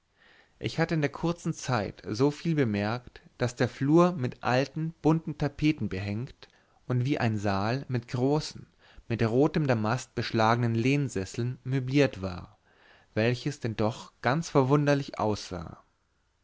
ich hatte in der kurzen zeit so viel bemerkt daß der flur mit alten bunten tapeten behängt und wie ein saal mit großen mit rotem damast beschlagenen lehnsesseln möbliert war welches denn doch ganz verwunderlich aussah